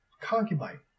concubine